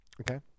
Okay